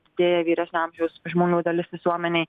didėja vyresnio amžiaus žmonių dalis visuomenėj